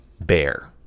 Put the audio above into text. bear